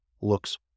looks